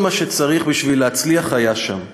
כל מה שצריך בשביל להצליח היה שם: